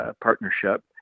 Partnership